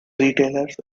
retailers